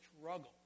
struggle